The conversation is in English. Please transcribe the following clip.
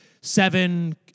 seven